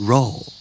Roll